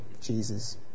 Jesus